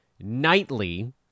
nightly